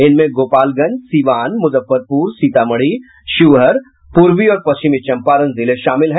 इनमें गोपालगंज सीवान मुजफ्फरपुर सीतामढ़ी शिवहर पूर्वी और पश्चिमी चंपारण जिले शामिल हैं